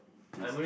it's